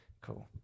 cool